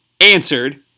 answered